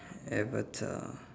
Avatar